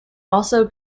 also